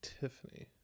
Tiffany